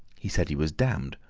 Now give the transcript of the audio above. he said he was damned,